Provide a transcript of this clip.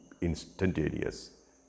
instantaneous